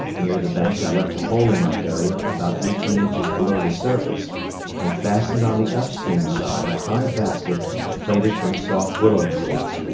near the bank i left a hole in my barrier about eighteen inches below the surface and fastened on the up-stream side a high basket plaited from soft willow twigs,